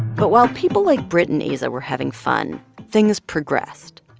but while people like britt and aza were having fun, things progressed.